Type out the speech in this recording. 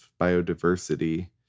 biodiversity